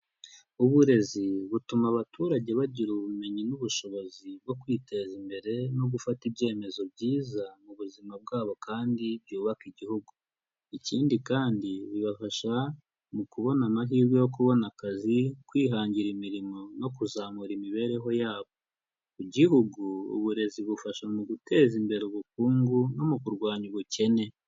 Uburezi butuma abaturage bagira ubumenyi n'ubushobozi bwo kwiteza imbere no gufata ibyemezo byiza mu buzima bwabo kandi byubaka igihugu, ikindi kandi bibafasha mu kubona amahirwe yo kubona akazi kwihangira imirimo, no kuzamura imibereho yabo, ku gihugu uburezi bufasha mu guteza imbere ubukungu no mu kurwanya ubukene.